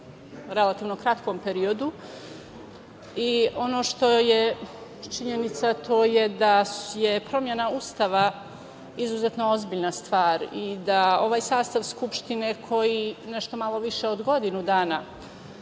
relativno kratkom periodu. Ono što je činjenica to je da je promena Ustava izuzetno ozbiljna stvar i da ovaj sastav Skupštine koji nešto malo više od godinu dana